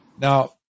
Now